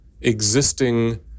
existing